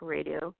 Radio